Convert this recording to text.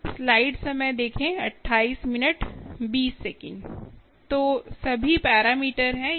तो सभी पैरामीटर हैं